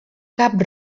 cap